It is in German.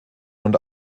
und